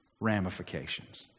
ramifications